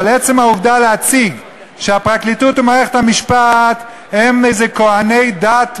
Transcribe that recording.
אבל עצם העובדה שמציגים את הפרקליטות ומערכת המשפט כאיזה כוהני דת מאוד,